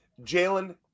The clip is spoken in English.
Jalen